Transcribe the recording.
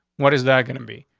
what is that gonna be?